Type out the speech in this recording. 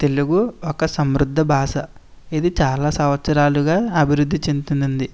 తెలుగు ఒక సంవృద్ది భాష ఇది చాలా సంవత్సరాలుగా అభివృద్ధి చెందుతుంది